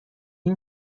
این